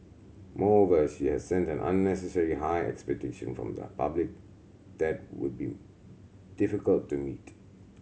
moreover she has set an unnecessary high expectation from the public that would be difficult to meet